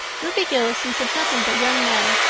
ruby gillis thinks of nothing but young men,